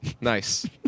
Nice